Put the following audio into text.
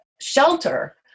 shelter